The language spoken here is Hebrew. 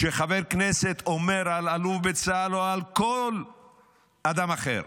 כשחבר כנסת אומר על אלוף בצה"ל או על כל אדם אחר